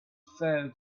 fell